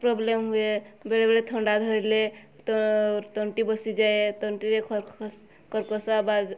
problem ହୁଏ ବେଳେବେଳେ ଥଣ୍ଡା ଧରିଲେ ତ ତଣ୍ଟି ବସିଯାଏ ତଣ୍ଟିରେ ଖସ୍ ଖସ୍ କର୍କଶ ଆବାଜ୍